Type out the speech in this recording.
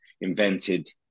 invented